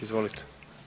Izvolite.